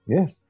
Yes